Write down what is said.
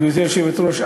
גברתי היושבת-ראש,